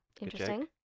Interesting